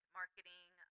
marketing